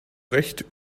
recht